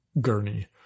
gurney